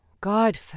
God